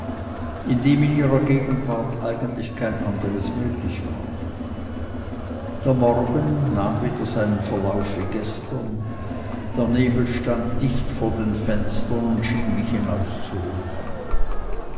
in ihrer gegenwart eigentlich kein anderes möglich war der morgen nahm wieder seinen verlauf wie gestern der nebel stand dicht vor den fenstern und schien mich